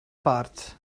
parts